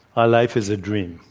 our life is a dream.